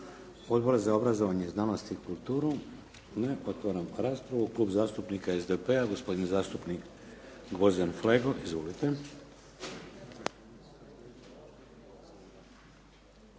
Odbor za obrazovanje, znanost i kulturu? Ne. Otvaram raspravu. Klub zastupnika SDP-a, gospodin zastupnik Gvozden Flego. Izvolite.